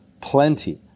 plenty